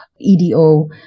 EDO